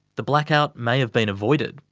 the blackout may have been avoided.